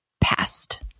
past